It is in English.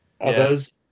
others